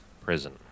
prison